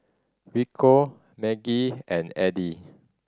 Rico Maggie and Addie